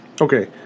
okay